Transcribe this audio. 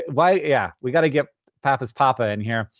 why, yeah. we got to get papa's papa in here.